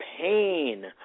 pain